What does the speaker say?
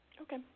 Okay